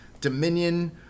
Dominion